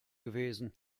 gewesen